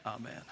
Amen